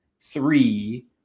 three